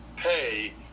pay